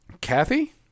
Kathy